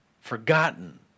forgotten